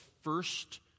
first